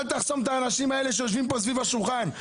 אבל אל תחסום את האנשים האלה שיושבים פה סביב השולחן.